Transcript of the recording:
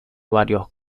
varios